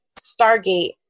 Stargate